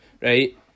right